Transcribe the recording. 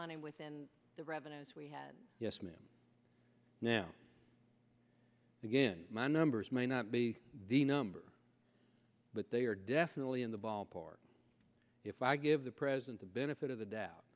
money within the revenues we had yes ma'am now again my numbers may not be the number but they are definitely in the ballpark if i give the president the benefit of the doubt